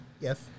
Yes